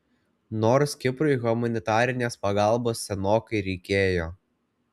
nors kiprui humanitarinės pagalbos senokai reikėjo